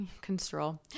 control